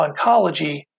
oncology